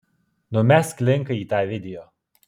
numesk linką į tą video